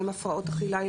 עם הפרעות אכילה,